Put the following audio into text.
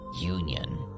Union